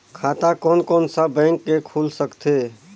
खाता कोन कोन सा बैंक के खुल सकथे?